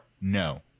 no